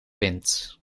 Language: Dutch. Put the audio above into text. wind